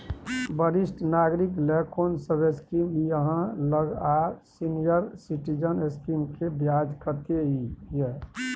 वरिष्ठ नागरिक ल कोन सब स्कीम इ आहाँ लग आ सीनियर सिटीजन स्कीम के ब्याज कत्ते इ?